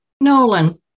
Nolan